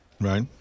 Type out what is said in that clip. Right